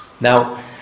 Now